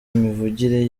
imivugire